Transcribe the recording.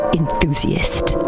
enthusiast